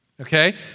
okay